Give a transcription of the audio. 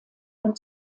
und